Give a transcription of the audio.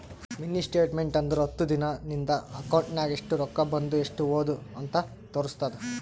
mini statement ಅಂದುರ್ ಹತ್ತು ದಿನಾ ನಿಂದ ಅಕೌಂಟ್ ನಾಗ್ ಎಸ್ಟ್ ರೊಕ್ಕಾ ಬಂದು ಎಸ್ಟ್ ಹೋದು ಅಂತ್ ತೋರುಸ್ತುದ್